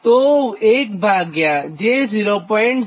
04 છેતો 1 ભાગ્યા j0